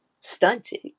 stunted